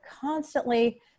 constantly